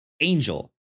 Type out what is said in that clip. angel